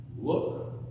look